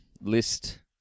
list